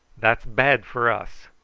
that's bad for us.